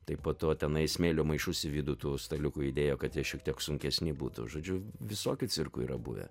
tai po to tenai smėlio maišus į vidų tų staliukų įdėjo kad jie šiek tiek sunkesni būtų žodžiu visokių cirkų yra buvę